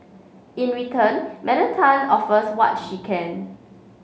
in return Madam Tan offers what she can